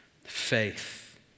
faith